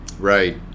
Right